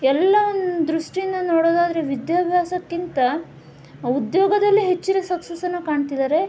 ಎಲ್ಲ ದೃಷ್ಟಿಯಿಂದ ನೋಡೋದಾದರೆ ವಿದ್ಯಾಭ್ಯಾಸಕ್ಕಿಂತ ಉದ್ಯೋಗದಲ್ಲೇ ಹೆಚ್ಚಿನ ಸಕ್ಸಸನ್ನು ಕಾಣ್ತಿದ್ದಾರೆ